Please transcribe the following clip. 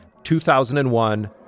2001